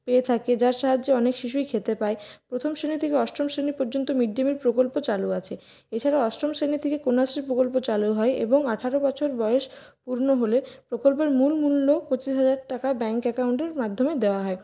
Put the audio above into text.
পেয়ে থাকে যার সাহায্যে অনেক শিশুই খেতে পায় প্রথম শ্রেণী থেকে অষ্টম শ্রেণী পর্যন্ত মিড ডে মিল প্রকল্প চালু আছে এছাড়া অষ্টম শ্রেণী থেকে কন্যাশ্রী প্রকল্প চালু হয় এবং আঠারো বছর বয়স পূর্ণ হলে প্রকল্পের মূল মূল্য পঁচিশ হাজার টাকা ব্যাঙ্ক অ্যাকাউন্টের মাধ্যমে দেওয়া হয়